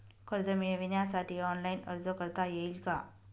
कर्ज मिळविण्यासाठी ऑनलाइन अर्ज करता येईल का?